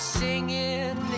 singing